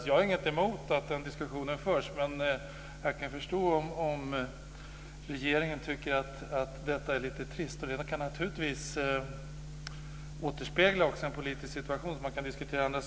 Jag har inget emot att den diskussionen förs, men jag kan förstå om regeringen tycker att detta är lite trist. Det kan naturligtvis också återspegla en politisk situation.